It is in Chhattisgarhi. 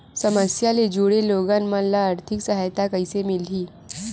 समस्या ले जुड़े लोगन मन ल आर्थिक सहायता कइसे मिलही?